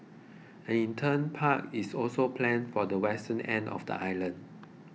an intern park is also planned for the western end of the island